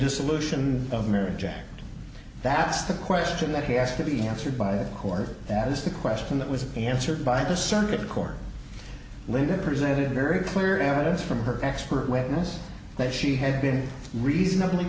dissolution of marriage and that's the question that he asked to be answered by a court that is the question that was answered by the circuit court linda presented very clear evidence from her expert witness that she had been reasonably